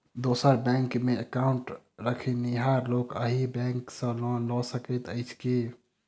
दोसर बैंकमे एकाउन्ट रखनिहार लोक अहि बैंक सँ लोन लऽ सकैत अछि की?